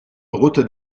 route